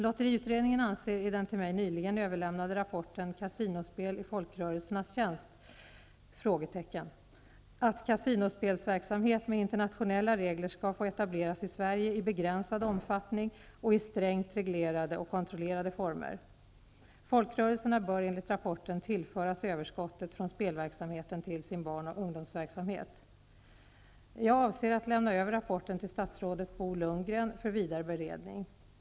Lotteriutredningen anser i den till mig nyligen överlämnade rapporten Kasinospel i folkrörelsernas tjänst?, att kasinospelsverksamhet med internationella regler skall få etableras i Sverige i begränsad omfattning och i strängt reglerade och kontrollerade former. Folkrörelserna bör enligt rapporten tillföras överskottet från spelverksamheten till sin barn och ungdomsverksamhet. Jag avser att lämna över rapporten till statsrådet Bo Lundgren för vidare beredning.